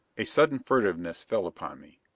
a sudden furtiveness fell upon me.